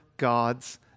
God's